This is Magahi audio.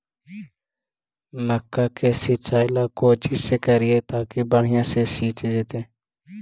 मक्का के सिंचाई ला कोची से करिए ताकी बढ़िया से सींच जाय?